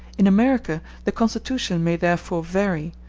in america the constitution may therefore vary,